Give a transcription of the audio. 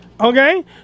Okay